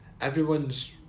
everyone's